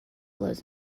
blows